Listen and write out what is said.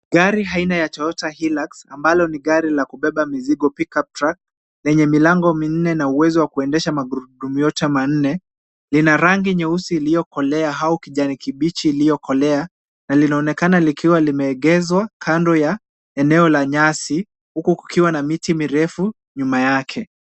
Gari aina ya Toyota Hilux ambalo ni gari la kubeba mzigo, pick up track , yenye milango minne na uwezo wa kuendesha magurudumu yote manne, lina rangi nyeusi iliyokolea au kijani kibichi iliyokolea na linaonekana likiwa limeegeswa kando ya eneo la nyasi, huku kukiwa na miti mirefu nyuma yake.